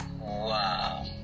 Wow